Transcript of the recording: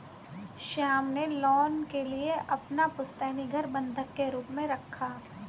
श्याम ने लोन के लिए अपना पुश्तैनी घर बंधक के रूप में रखा